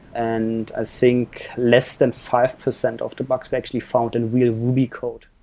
and ah think less than five percent of the bugs were actually found in real ruby code.